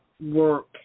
work